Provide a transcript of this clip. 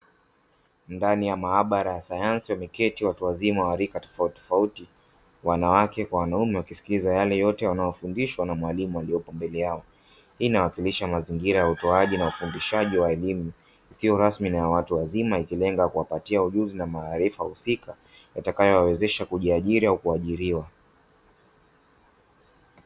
Ndani ya maabara ya sayansi wameketi watu wazima wa rika tofauti tofauti wanawake kwa wanaume wakisikiliza yale yote wanayofundishwa na mwalimu aliyopo mbele yao, Hii inawakilisha mazingira ya utoaji na ufundishaji wa elimu isiyo rasmi na ya watu wazima ikilenga kuwapatia ujuzi na maarifa husika yatakayo wawezesha kujiajiri au kuajiriwa.